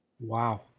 Wow